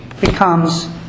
becomes